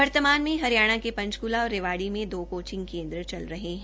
वर्तमान में हरियाणा के पंचकूला और रेवाड़ी में दो कोचिंग केन्द्र चल रहे हैं